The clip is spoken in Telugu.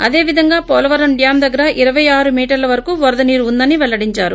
అదేవిధంగా పోలవరం డ్యాం దగ్గర ఇరవై ఆరు మీటర్ల వరకు వరద నీరు ఉందని పెల్లడించారు